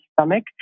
stomach